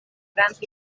grans